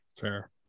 Fair